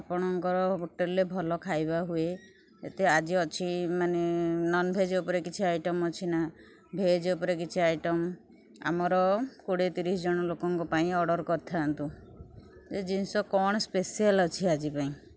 ଆପଣଙ୍କର ହୋଟେଲ୍ରେ ଭଲ ଖାଇବା ହୁଏ ଏତେ ଆଜି ଅଛି ମାନେ ନନ୍ଭେଜ୍ ଉପରେ କିଛି ଆଇଟମ୍ ଅଛି ନା ଭେଜ୍ ଉପରେ କିଛି ଆଇଟମ୍ ଆମର କୋଡ଼ିଏ ତିରିଶି ଜଣ ଲୋକଙ୍କ ପାଇଁ ଅର୍ଡ଼ର୍ କରିଥାନ୍ତୁ ଯେ ଜିନିଷ କଣ ସ୍ପେସିଆଲ୍ ଅଛି ଆଜି ପାଇଁ